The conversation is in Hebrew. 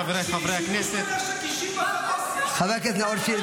חברי הכנסת ------ חבר הכנסת נאור שירי,